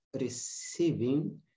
receiving